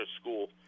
school